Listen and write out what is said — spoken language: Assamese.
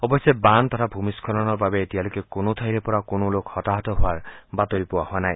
অৱশ্যে বান তথা ভূমিস্বলনৰ বাবে এতিয়ালৈকে কোনো ঠাইৰ পৰা কোনা লোক হতাহত হোৱাৰ বাতৰি পোৱা নাই